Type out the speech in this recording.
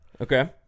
Okay